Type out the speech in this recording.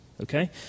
Okay